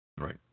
Right